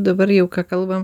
dabar jau ką kalbam